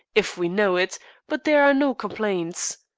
if we know it but there are no complaints.